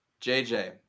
JJ